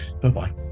Bye-bye